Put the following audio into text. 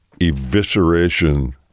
evisceration